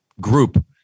group